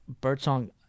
Birdsong